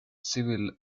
civil